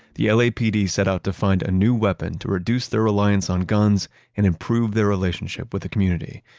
the lapd set out to find a new weapon to reduce their reliance on guns and improve their relationship with the community,